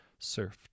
surfed